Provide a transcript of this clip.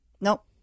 nope